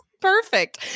Perfect